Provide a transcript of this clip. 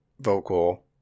vocal